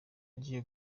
agiye